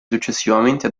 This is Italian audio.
successivamente